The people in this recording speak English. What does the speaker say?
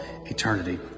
eternity